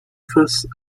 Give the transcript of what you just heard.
face